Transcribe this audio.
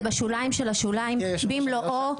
זה בשוליים של השוליים, במלואו.